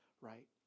right